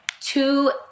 two